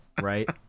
right